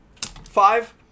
five